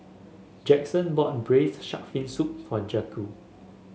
Jackson bought Braised Shark Fin Soup for Jaquez